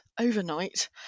overnight